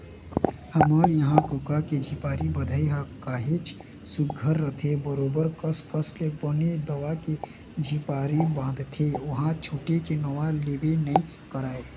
हमर इहाँ कका के झिपारी बंधई ह काहेच सुग्घर रहिथे बरोबर कस कस ले बने दबा के झिपारी बांधथे ओहा छूटे के नांव लेबे नइ करय